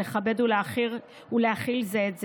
לכבד ולהכיל זה את זה.